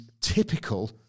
typical